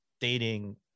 dating